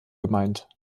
gemeint